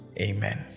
Amen